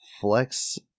flex